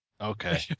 Okay